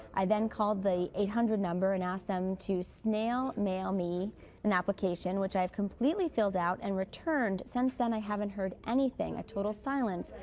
i then called the eight hundred number and asked them to snail mail me an application which i've completely filled out and returned. since then, you haven't heard anything. total silence.